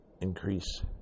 increase